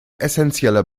essenzieller